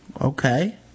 okay